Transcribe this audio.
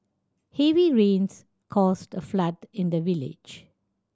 heavy rains caused flood in the village